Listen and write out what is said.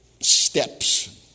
steps